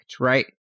right